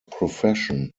profession